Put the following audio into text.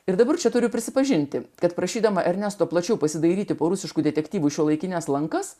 ir dabar čia turiu prisipažinti kad prašydama ernesto plačiau pasidairyti po rusiškų detektyvų šiuolaikines lankas